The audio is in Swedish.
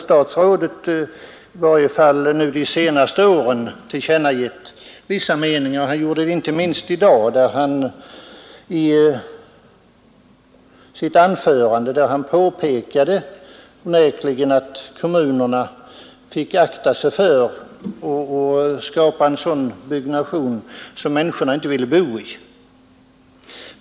Statsrådet har dock de senaste åren tillkännagett vissa meningar; han gjorde det inte minst i sitt anförande i dag där han påpekade att kommunerna fick akta sig för att skapa en byggnation som människorna inte ville bo i.